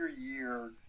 year